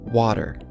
water